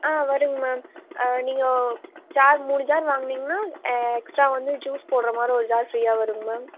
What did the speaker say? ஆ வருங்க மேம் ஆ நீங்கள் ஜார் மூனு ஜார் வாங்குனிங்ன்னா எக்ஸ்ட்ரா வந்து ஜூஸ் போட்ற மாதிரி ஒரு ஜார் ஃப்ரீயாக வருங்க மேம்